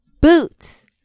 boots